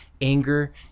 anger